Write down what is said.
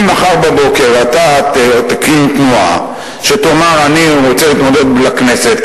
אם מחר בבוקר אתה תקים תנועה שתאמר: אני רוצה להתמודד לכנסת,